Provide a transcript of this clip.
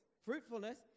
Fruitfulness